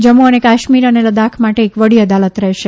જમ્મુ અને કાશ્મીર અને લદાખ માટે એક વડી અદાલત રહેશે